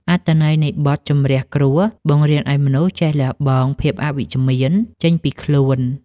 អត្ថន័យនៃបទ ជម្រះគ្រោះ បង្រៀនឱ្យមនុស្សចេះលះបង់ភាពអវិជ្ជមានចេញពីខ្លួន។